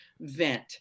vent